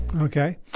okay